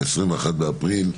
ב-21 באפריל,